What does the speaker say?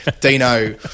Dino